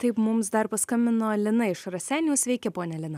taip mums dar paskambino lina iš raseinių sveiki ponia lina